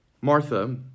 Martha